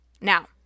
Now